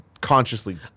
consciously